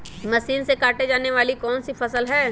Machine से काटे जाने वाली कौन सी फसल है?